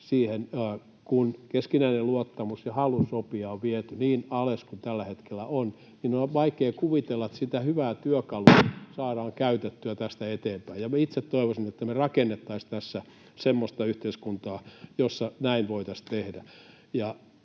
kun keskinäinen luottamus ja halu sopia on viety niin alas kuin tällä hetkellä on, on vaikea kuvitella, että sitä hyvää työkalua saadaan käytettyä tästä eteenpäin. Ja minä itse toivoisin, että me rakennettaisiin tässä semmoista yhteiskuntaa, jossa näin voitaisiin tehdä.